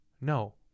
No